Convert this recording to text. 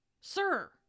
sir